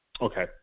Okay